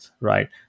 right